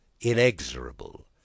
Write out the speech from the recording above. inexorable